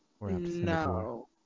no